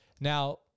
Now